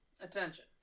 Attention